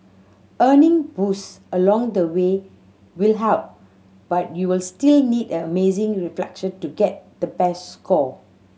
earning boost along the way will help but you'll still need amazing reflexes to get the best score